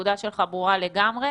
הנקודה שלך ברורה לגמרי.